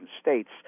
states